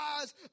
eyes